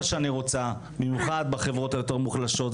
שאני רוצה במיוחד בחברות היותר מוחלשות,